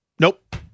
Nope